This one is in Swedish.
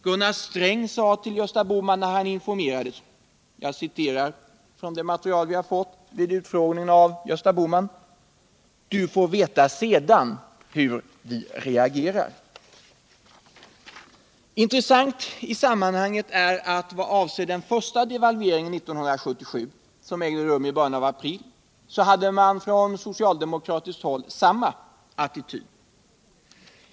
Gunnar Sträng sade till Gösta Bohman när han informerades — jag citerar från det material vi fick vid utfrågningen av Gösta Bohman: ”Du får veta sedan hur vi reagerar.” Intressant i sammanhanget är att man i fråga om den första devalveringen 1977, som ägde rum i början av april, intog samma attityd.